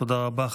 תודה רבה.